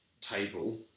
table